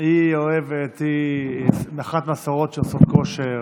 היא אוהבת, היא אחת מהשרות שעושות כושר,